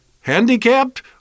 handicapped